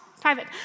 Private